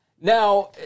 Now